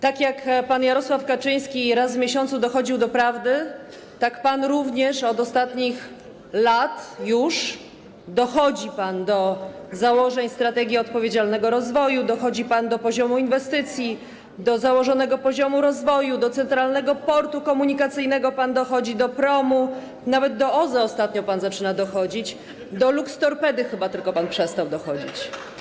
Tak jak pan Jarosław Kaczyński raz w miesiącu dochodził do prawdy, tak pan również od ostatnich lat już dochodzi do założeń strategii odpowiedzialnego rozwoju, dochodzi pan do poziomu inwestycji, do założonego poziomu rozwoju, do Centralnego Portu Komunikacyjnego, do promu, nawet do OZE ostatnio pan zaczyna dochodzić, do Luxtorpedy chyba tylko pan przestał dochodzić.